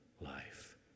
life